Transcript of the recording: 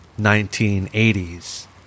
1980s